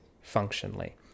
functionally